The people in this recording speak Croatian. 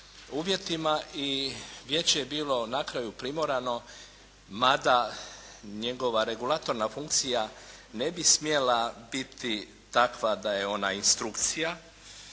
uvjetima i vijeće je bilo na kraju primorano mada njegova regulatorna funkcija ne bi smjela biti takva da je ona instrukcija